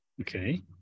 Okay